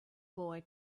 boy